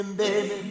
baby